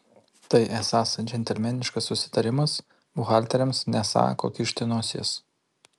tai esąs džentelmeniškas susitarimas buhalteriams nesą ko kišti nosies